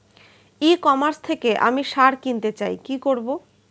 ই commerce থেকে আমি সার কিনতে চাই কি করব?